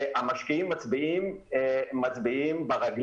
המשקיעים מצביעים ברגליים.